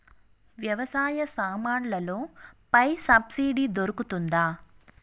వ్యవసాయ సామాన్లలో పై సబ్సిడి దొరుకుతుందా?